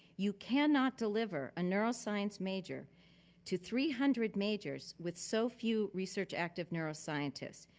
you cannot deliver a neuroscience major to three hundred majors with so few research active neuroscientists,